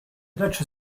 precz